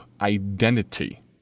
identity